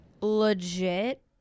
legit